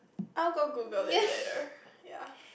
I'll go Google it later ya